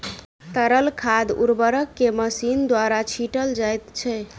तरल खाद उर्वरक के मशीन द्वारा छीटल जाइत छै